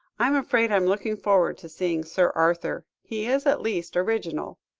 i am afraid i am looking forward to seeing sir arthur he is at least original.